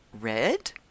Red